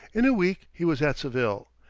in a week he was at seville,